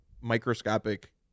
microscopic